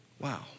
Wow